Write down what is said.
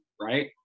Right